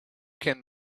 can